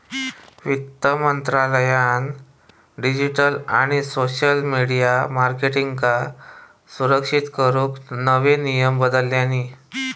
वित्त मंत्रालयान डिजीटल आणि सोशल मिडीया मार्केटींगका सुरक्षित करूक नवे नियम बनवल्यानी